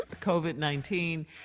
COVID-19